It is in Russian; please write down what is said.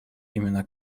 имена